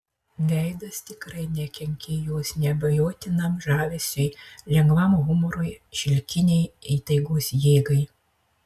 veidas tikrai nekenkė jos neabejotinam žavesiui lengvam humorui šilkinei įtaigos jėgai